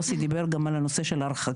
יוסי דיבר גם על הנושא של הרחקה,